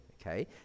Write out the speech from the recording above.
okay